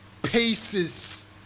paces